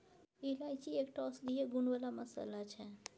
इलायची एकटा औषधीय गुण बला मसल्ला छै